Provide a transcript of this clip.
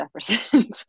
Jefferson